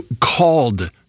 called